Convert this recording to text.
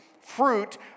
Fruit